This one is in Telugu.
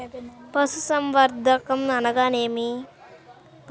పశుసంవర్ధకం అనగా ఏమి?